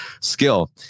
skill